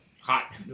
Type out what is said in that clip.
hot